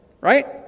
Right